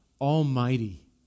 almighty